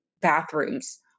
bathrooms